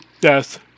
Yes